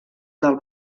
del